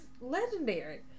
legendary